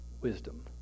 wisdom